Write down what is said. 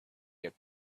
get